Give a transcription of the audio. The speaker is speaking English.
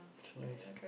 it's nice